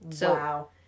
Wow